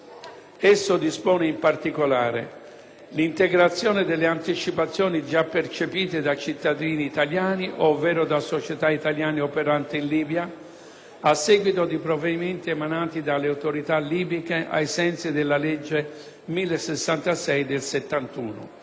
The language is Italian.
Esso dispone, in particolare, l'integrazione delle anticipazioni già percepite da cittadini italiani ovvero da società italiane operanti in Libia a seguito di provvedimenti emanati dalle autorità libiche, ai sensi della legge n. 1066 del 1971.